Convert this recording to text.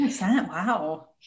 Wow